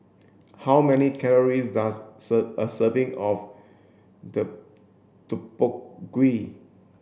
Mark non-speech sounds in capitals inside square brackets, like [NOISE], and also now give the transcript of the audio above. how many calories does [UNINTELLIGIBLE] a serving of [UNINTELLIGIBLE] Deodeok Gui